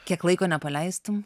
kiek laiko nepaleistum